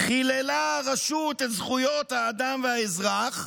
"חיללה הרשות את זכויות האדם והאזרח,